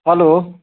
hello